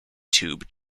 tube